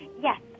Yes